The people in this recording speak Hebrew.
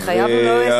התחייבנו ל-OECD,